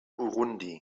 burundi